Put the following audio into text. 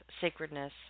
sacredness